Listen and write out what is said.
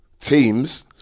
teams